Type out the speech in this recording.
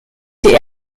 die